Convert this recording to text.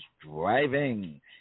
driving